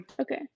okay